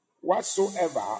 Whatsoever